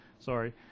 Sorry